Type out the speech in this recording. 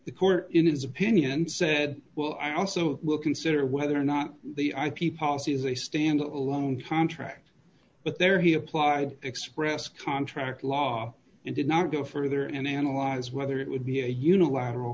the court in his opinion said well i also will consider whether or not the ip policy is a standalone contract but there he applied express contract law and did not go further and analyze whether it would be a unilateral